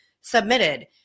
submitted